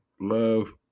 love